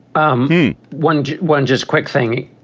um one one just quick thing.